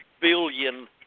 billion